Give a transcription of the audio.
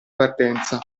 partenza